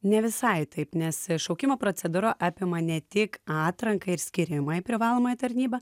ne visai taip nes šaukimo procedūra apima ne tik atranką ir skyrimą į privalomąją tarnybą